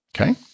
okay